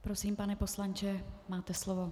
Prosím, pane poslanče, máte slovo.